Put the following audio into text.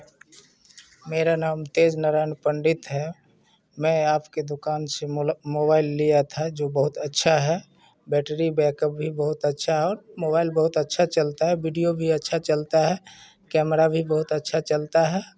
मेरा नाम तेज नारायण पंडित है मैं आप के दुकान से मोबाइल लिया था जो बहुत अच्छा है बैटरी बेकअप भी बहुत अच्छा है और मोबाइल बहुत अच्छा चलता है बीडियो भी अच्छा चलता है कैमरा भी बहुत अच्छा चलता है